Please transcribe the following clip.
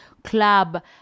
club